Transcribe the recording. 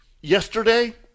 Yesterday